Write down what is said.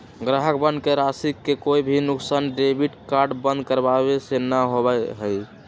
ग्राहकवन के राशि के कोई भी नुकसान डेबिट कार्ड बंद करावे से ना होबा हई